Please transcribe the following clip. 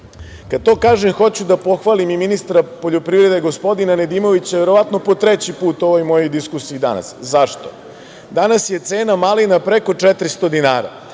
Kad to kažem, hoću da pohvalim i ministra poljoprivrede gospodina Nedimovića, verovatno po treći put u ovoj mojoj diskusiji danas. Zašto? Danas je cena malina preko 400 dinara